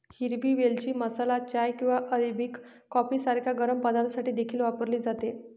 हिरवी वेलची मसाला चाय किंवा अरेबिक कॉफी सारख्या गरम पदार्थांसाठी देखील वापरली जाते